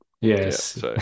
Yes